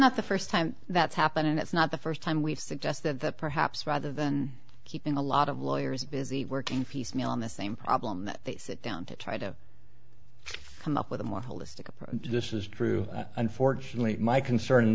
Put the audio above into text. not the first time that's happened and it's not the first time we've suggested that perhaps rather than keeping a lot of lawyers busy working feast me on the same problem that they sit down to try to come up with a more holistic approach this is true unfortunately my concern in